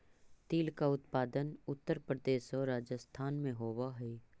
तिल का उत्पादन उत्तर प्रदेश और राजस्थान में होवअ हई